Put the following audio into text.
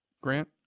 Grant